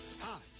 Hi